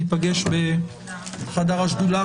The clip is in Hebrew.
ניפגש בחדר השדולה.